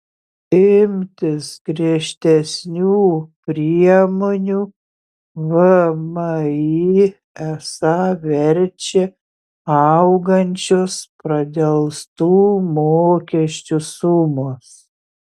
imtis griežtesnių priemonių vmi esą verčia augančios pradelstų mokesčių sumos